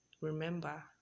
Remember